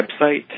website –